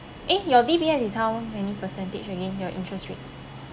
eh your D_B_S is how many percentage again your interest rate